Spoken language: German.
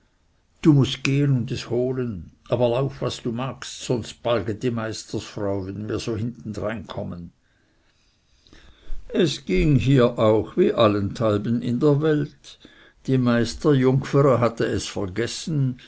du mußt gehn und es holen aber lauf was du magst sonst balget die meisterfrau wenn wir so hintendrein kommen es ging hier auch wie allenthalben in der welt die meisterjungfere hatte es vergessen